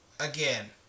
Again